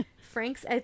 Frank's